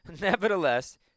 Nevertheless